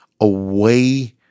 away